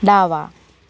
डावा